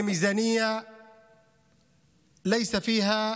הוא תקציב שאין בו